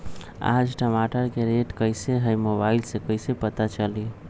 आज टमाटर के रेट कईसे हैं मोबाईल से कईसे पता चली?